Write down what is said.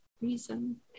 reason